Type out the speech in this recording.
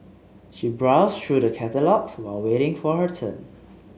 she browsed through the catalogues while waiting for her turn